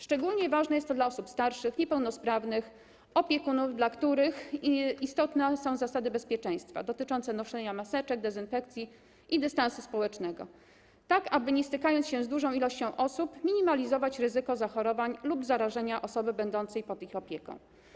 Szczególnie ważne jest to dla osób starszych, niepełnosprawnych, opiekunów, dla których istotne są zasady bezpieczeństwa dotyczące noszenia maseczek, dezynfekcji i dystansu społecznego, tak aby nie stykając się z dużą liczbą osób, minimalizować ryzyko zachorowań lub zarażenia osoby będącej pod ich opieką.